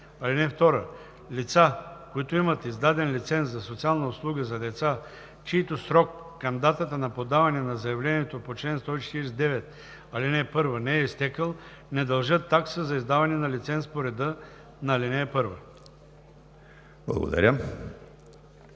г. (2) Лица, които имат издаден лиценз за социална услуга за деца, чийто срок към датата на подаване на заявлението по чл. 149, ал. 1 не е изтекъл, не дължат такса за издаване на лиценз по реда на ал. 1.“